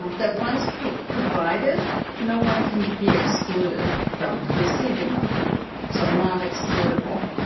that once provided no one can be excluded from receiving them so non-excludable